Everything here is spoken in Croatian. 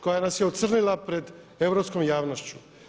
Koja nas je ocrnila pred europskom javnošću.